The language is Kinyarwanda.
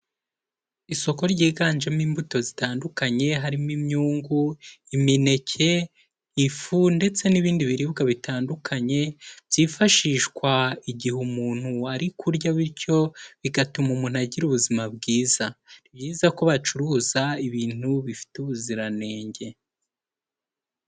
Isoko ryiganjemo imbuto zitandukanye harimo imyungu, imineke, ifu ndetse n'ibindi biribwa bitandukanye byifashishwa igihe umuntu ari kurya, bityo bigatuma umuntu agira ubuzima bwiza, ni byiza ko bacuruza ibintu bifite ubuziranenge.